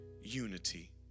unity